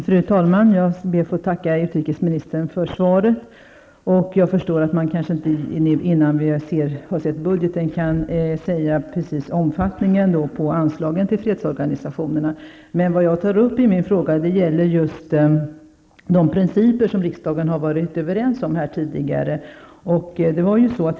Fru talman! Jag ber att få tacka utrikesministern för svaret. Jag förstår att man inte innan vi har sett budgeten kan ange omfattningen på anslagen till fredsorganisationerna. I min fråga tar jag emellertid upp de principer som man i riksdagen tidigare har varit överens om.